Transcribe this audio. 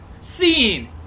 Scene